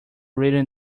reading